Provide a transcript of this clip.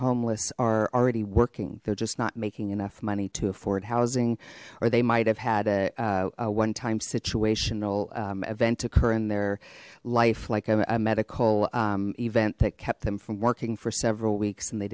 homeless are already working they're just not making enough money to afford housing or they might have had a one time situational event occur in their life like a medical event that kept them from working for several weeks and they